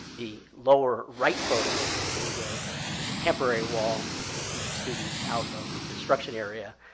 the lower right photo is ah is a temporary wall to keep students out of the construction area,